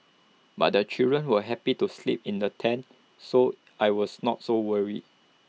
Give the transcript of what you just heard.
but the children were happy to sleep in the tent so I was not so worried